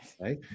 Right